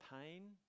pain